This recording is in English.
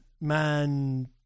man